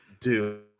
Dude